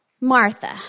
Martha